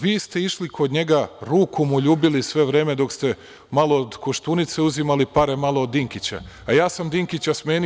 Vi ste išli kod njega, ruku mu ljubili sve vreme dok ste malo od Koštunice uzimali pare, malo od Dinkića, a ja sam Dinkića smenio.